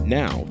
now